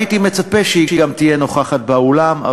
הייתי מצפה שגם היא תהיה נוכחת באולם.